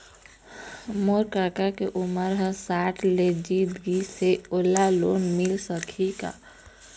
मोर कका के उमर ह साठ ले जीत गिस हे, ओला लोन मिल सकही का?